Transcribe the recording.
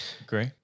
Agree